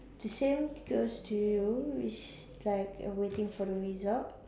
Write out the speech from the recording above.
the same goes to you which like waiting for the result